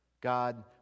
God